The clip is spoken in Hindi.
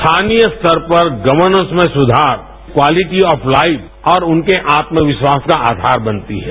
स्थानीय स्तर पर गर्वनेंस में सुधार क्वालिटी और लाइफ और उनके आत्मविस्वास का आयार बनती है